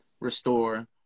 Restore